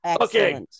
Okay